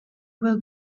will